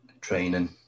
training